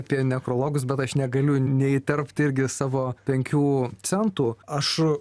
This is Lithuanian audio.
apie nekrologus bet aš negaliu neįterpt irgi savo penkių centų aš